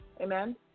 amen